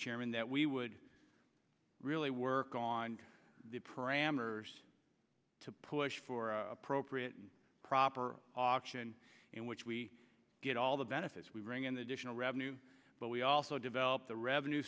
chairman that we would really work on the parameters to push for appropriate and proper option in which we get all the benefits we bring in the additional revenue but we also develop the revenue